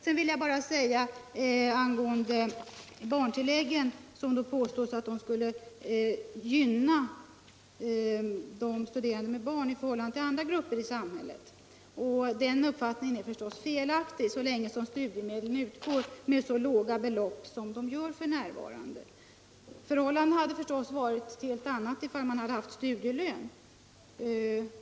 Slutligen har det sagts att barntilläggen skulle gynna föräldrar med barn i förhållande till andra grupper i samhället. Den uppfattningen är felaktig, så länge studiemedlen utgår med så låga belopp som de gör f.n. Förhållandet hade varit ett helt annat om vi hade haft studielön.